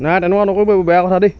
নাই তেনেকুৱা নকৰিব এইবোৰ বেয়া কথা দেই